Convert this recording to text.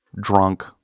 drunk